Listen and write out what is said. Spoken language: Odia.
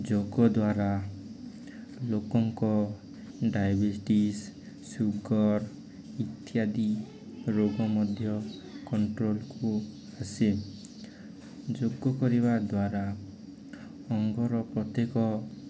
ଯୋଗ ଦ୍ୱାରା ଲୋକଙ୍କ ଡାଇବେଟିସ୍ ସୁଗର୍ ଇତ୍ୟାଦି ରୋଗ ମଧ୍ୟ କଣ୍ଟ୍ରୋଲକୁ ଆସେ ଯୋଗ କରିବା ଦ୍ୱାରା ଅଙ୍ଗର ପ୍ରତ୍ୟେକ